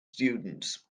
students